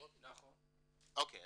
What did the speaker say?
אוקיי.